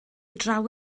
draw